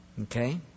Okay